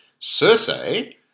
Cersei